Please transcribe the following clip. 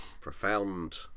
profound